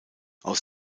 aus